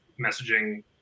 messaging